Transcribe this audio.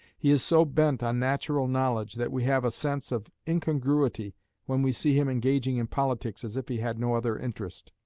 he is so bent on natural knowledge that we have a sense of incongruity when we see him engaging in politics as if he had no other interest.